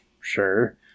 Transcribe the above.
Sure